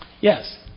Yes